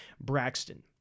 Braxton